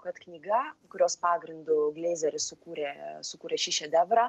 kad knyga kurios pagrindu gleizeris sukūrė sukūrė šį šedevrą